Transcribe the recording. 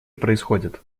происходит